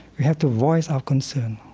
we have to voice our concern